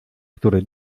który